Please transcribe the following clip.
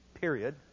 period